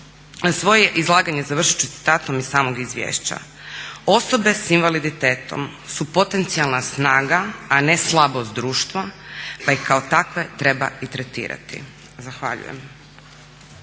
svoje izlaganje završit ću citatom iz samog izvješća: ″Osobe s invaliditetom su potencijalna snaga, a ne slabost društva pa ih kao takve treba i tretirati.″. Zahvaljujem.